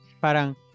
parang